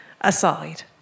aside